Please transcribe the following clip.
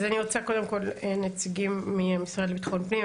אז אני רוצה קודם כל נציגים מהמשרד לביטחון פנים,